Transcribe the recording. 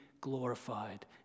glorified